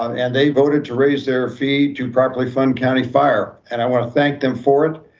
and they voted to raise their fee to properly fund county fire. and i wanna thank them for it.